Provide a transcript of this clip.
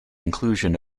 inclusion